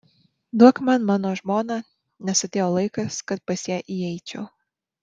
duok man mano žmoną nes atėjo laikas kad pas ją įeičiau